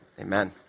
Amen